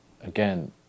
again